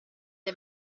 gli